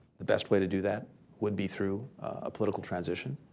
the best way to do that would be through a political transition.